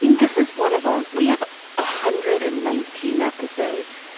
and this is one of our, we have ah hundred and nineteen episodes,